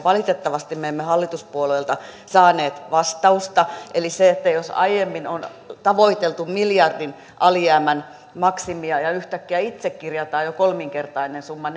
valitettavasti me emme hallituspuolueilta saaneet vastausta eli jos aiemmin on tavoiteltu miljardin alijäämän maksimia ja yhtäkkiä itse kirjataan jo kolminkertainen summa